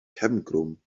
cefngrwm